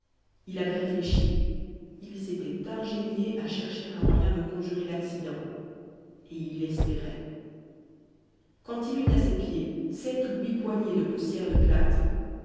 il avait réfléchi il s'était ingénié à chercher un moyen de conjurer l'accident et il espérait quand il eut à ses pieds sept ou huit poignées de poussière de plâtre